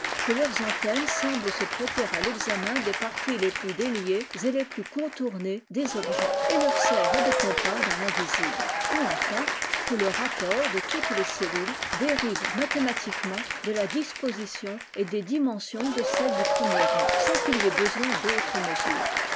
que leurs antennes semblent se prêter à l'examen des parties les plus déliées et les plus contournées des objets et leur servent de compas dans l'invisible ou enfin pie le rapport de toutes les cellules dériva mathématiquement de la disposition et des dimensions de celles du premier rang sans qu'il y ait besoin d'autres mesures